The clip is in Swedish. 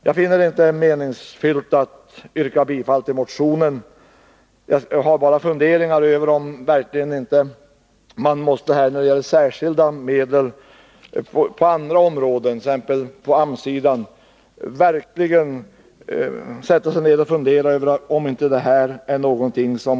Jag finner det emellertid inte meningsfullt att yrka bifall till motionen, utan jag vill bara föra fram mina funderingar över om verkligen inte detta vägbygge är någonting som måste verkställas snarast och om man inte måste vidta åtgärder med särskilda medel från andra områden, t.ex. AMS-sidan.